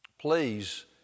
Please